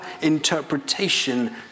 interpretation